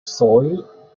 soil